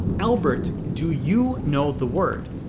albert do you know the word?